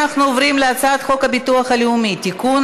אנחנו עוברים להצעת חוק הביטוח הלאומי (תיקון,